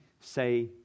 say